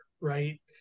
right